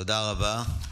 תודה רבה.